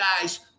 guys